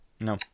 No